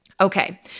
Okay